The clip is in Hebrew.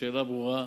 השאלה ברורה,